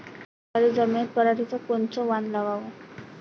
भारी जमिनीत पराटीचं कोनचं वान लावाव?